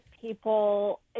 people